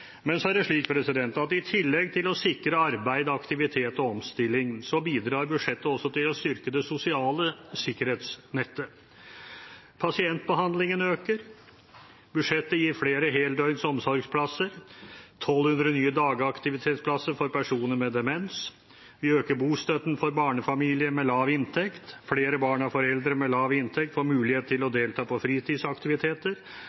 Men så er det slik at i tillegg til å sikre arbeid, aktivitet og omstilling bidrar budsjettet også til å styrke det sosiale sikkerhetsnettet. Pasientbehandlingen øker, budsjettet gir flere heldøgns omsorgsplasser og 1 200 nye dagaktivitetsplasser for personer med demens. Vi øker bostøtten for barnefamilier med lav inntekt, flere barn av foreldre med lav inntekt får mulighet til å delta på fritidsaktiviteter,